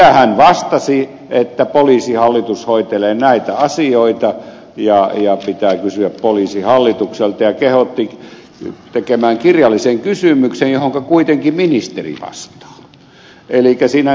hän vastasi että poliisihallitus hoitelee näitä asioita ja pitää kysyä poliisihallitukselta ja kehotti tekemään kirjallisen kysymyksen johonka kuitenkin ministeri vastaa